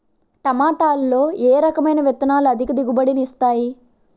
టమాటాలో ఏ రకమైన విత్తనాలు అధిక దిగుబడిని ఇస్తాయి